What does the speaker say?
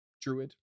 druid